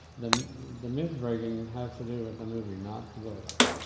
the the myth breaking has to do with the movie, not the book.